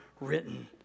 written